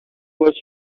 was